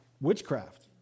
witchcraft